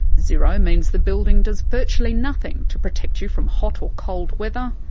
zero means the building does virtually nothing to protect you from hot or cold weather,